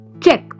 Check